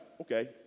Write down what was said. okay